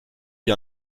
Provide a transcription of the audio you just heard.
vit